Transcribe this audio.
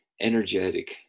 Energetic